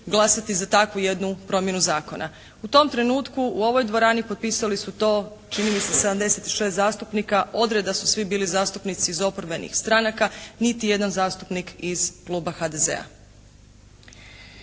glasati za takvu jednu promjenu zakona. U tom trenutku u ovoj dvorani potpisali su to čini mi se 76 zastupnika, od reda su svi bili zastupnici iz oporbenih stranaka, niti jedan zastupnik iz Kluba HDZ-a.